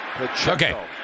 Okay